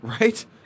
Right